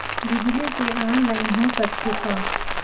बिजली के ऑनलाइन हो सकथे का?